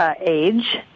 Age